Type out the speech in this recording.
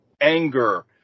anger